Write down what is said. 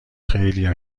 خیلیا